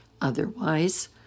Otherwise